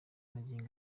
magingo